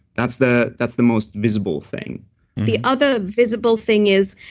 that's the that's the most visible thing the other visible thing is,